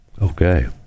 Okay